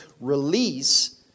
release